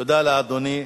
תודה לאדוני.